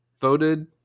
voted